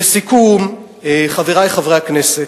לסיכום, חברי חברי הכנסת,